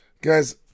guys